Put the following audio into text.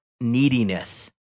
neediness